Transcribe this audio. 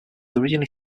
originally